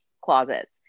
closets